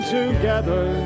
together